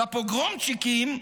לפוגרומצ'יקים,